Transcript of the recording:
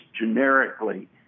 generically